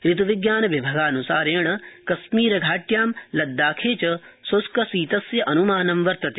ऋत् विज्ञान विभागान्सारेण कश्मीरघाट्यां लद्दाखे च श्ष्कशीतस्य अन्मानं वर्तते